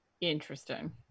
Interesting